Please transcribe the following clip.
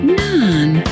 none